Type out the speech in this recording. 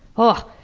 oh,